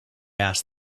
asked